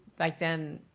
back then,